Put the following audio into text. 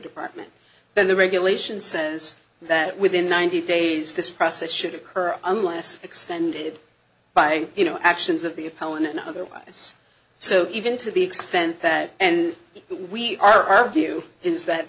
department then the regulation says that within ninety days this process should occur unless extended by you know actions of the opponent otherwise so even to the extent that and we are our view is that